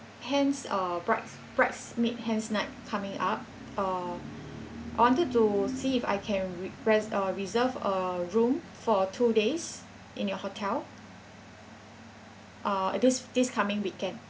hens uh brides bridesmaid hens night coming up uh I wanted to see if I can request uh reserve a room for two days in your hotel uh this this coming weekend